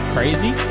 Crazy